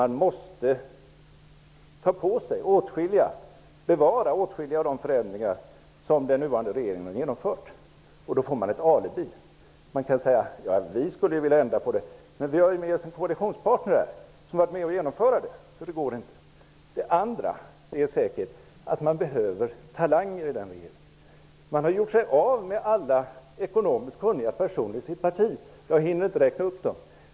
Man måste ta på sig och bevara åtskilliga av de förändringar som den nuvarande regeringen har genomfört. Då får man ett alibi. Man kan säga: Vi skulle vilja ändra på politiken, men vi har med oss en koalitionspartner som har varit med om att genomföra den. Så det går inte. Den andra förklaringen är säkert att man behöver talanger i den regeringen. Man har gjort sig av med alla ekonomiskt kunniga personer i sitt parti. Jag hinner inte räkna upp dem.